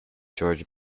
george